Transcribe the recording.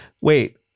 Wait